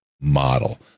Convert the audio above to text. model